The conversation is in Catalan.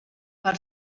per